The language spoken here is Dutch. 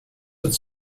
het